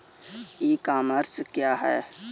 ई commerce क्या है?